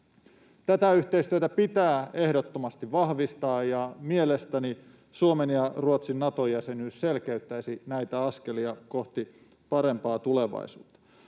Tätä yhteistyötä pitää ehdottomasti vahvistaa, ja mielestäni Suomen ja Ruotsin Nato-jäsenyys selkeyttäisi näitä askelia kohti parempaa tulevaisuutta.